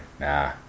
Nah